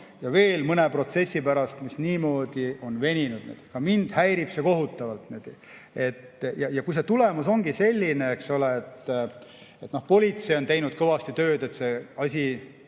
ja veel mõne protsessi pärast, mis niimoodi on veninud. Ka mind häirib see kohutavalt. Ja kui see tulemus ongi selline, et politsei on teinud kõvasti tööd, et see asi